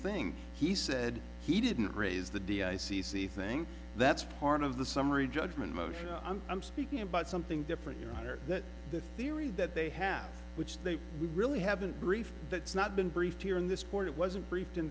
thing he said he didn't raise the d c c thing that's part of the summary judgment motion i'm speaking about something different your honor that the theory that they have which they really haven't briefed that's not been briefed here in this court it wasn't briefed in